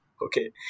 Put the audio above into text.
Okay